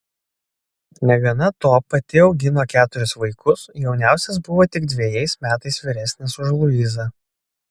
negana to pati augino keturis vaikus jauniausias buvo tik dvejais metais vyresnis už luizą